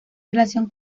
relación